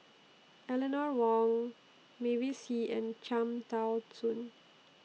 Eleanor Wong Mavis Hee and Cham Tao Soon